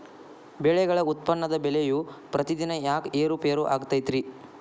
ಬೆಳೆಗಳ ಉತ್ಪನ್ನದ ಬೆಲೆಯು ಪ್ರತಿದಿನ ಯಾಕ ಏರು ಪೇರು ಆಗುತ್ತೈತರೇ?